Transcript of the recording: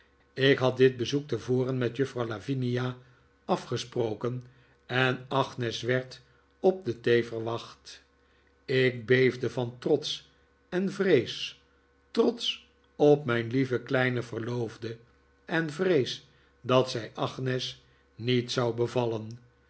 ik had dit bezoek tevoren met juffrouw lavinia afgesproken en agnes werd op de thee verwacht ik beefde van trots en vrees trots op mijn lieve kleine verloofde en vrees dat zij agnes riiet zou bevallen